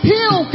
Heal